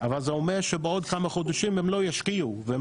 אבל זה אומר שבעוד כמה חודשים הם לא ישקיעו והם